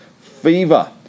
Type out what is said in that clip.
fever